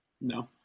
No